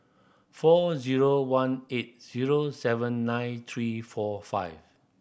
four zero one eight zero seven nine three four five